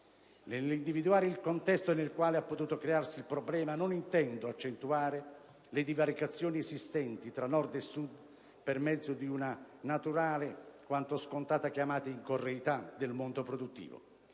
Nell'individuare il contesto nel quale ha potuto crearsi il problema, non intendo accentuare le divaricazioni esistenti tra Nord e Sud per mezzo di una naturale quanto scontata chiamata in correità del mondo produttivo.